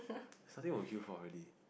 something will queue for really